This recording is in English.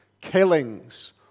killings